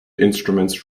instruments